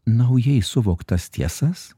naujai suvoktas tiesas